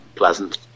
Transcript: Pleasant